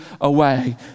away